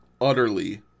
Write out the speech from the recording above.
utterly